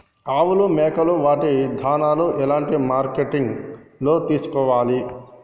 ఆవులు మేకలు వాటి దాణాలు ఎలాంటి మార్కెటింగ్ లో తీసుకోవాలి?